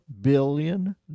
billion